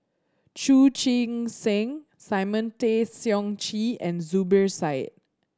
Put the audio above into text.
Chu Chee Seng Simon Tay Seong Chee and Zubir Said